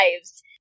lives